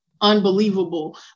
unbelievable